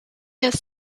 has